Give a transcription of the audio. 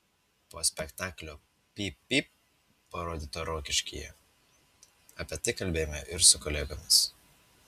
po spektaklio pyp pyp parodyto rokiškyje apie tai kalbėjome ir su kolegomis